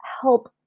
help